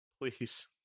Please